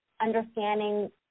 understanding